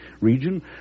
region